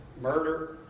murder